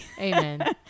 amen